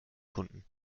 kunden